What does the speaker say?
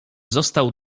został